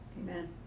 amen